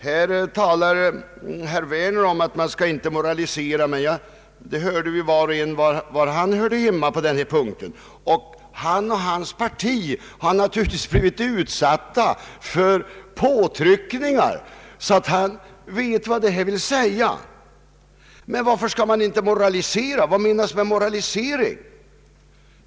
Herr Werner talar om att man inte skall moralisera. Vi hörde ju var och en var han hörde hemma på den punkten. Han och hans parti har naturligtvis blivit utsatta för påtryckningar, så att han vet vad det här vill säga. Varför skall man inte moralisera? Vad menas med moralisering?